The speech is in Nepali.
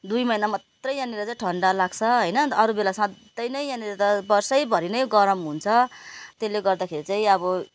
दुई महिना मात्र यहाँनेर चाहिँ ठन्डा लाग्छ होइन अरू बेला सधैँ नै यहाँनेर त वर्षभरि नै गरम हुन्छ त्यसले गर्दाखेरि चाहिँ अब